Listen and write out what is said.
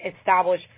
establish